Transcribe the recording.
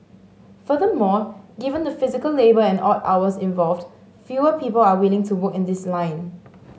furthermore given the physical labour and odd hours involved fewer people are willing to work in this line